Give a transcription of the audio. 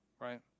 Right